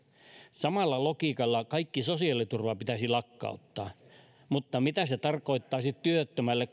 samalla logiikalla kaikki sosiaaliturva pitäisi lakkauttaa mutta mitä se tarkoittaisi työttömälle